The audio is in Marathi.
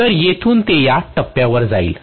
तर येथून ते या टप्प्यावर जाईल